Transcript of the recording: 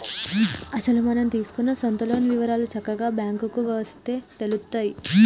అసలు మనం తీసుకున్న సొంత లోన్ వివరాలు చక్కగా బ్యాంకుకు వస్తే తెలుత్తాయి